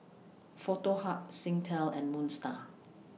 Foto Hub Singtel and Moon STAR